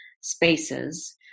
spaces